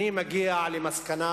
אני מגיע למסקנה